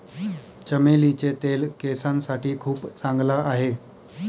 चमेलीचे तेल केसांसाठी खूप चांगला आहे